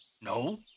no